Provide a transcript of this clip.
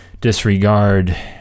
disregard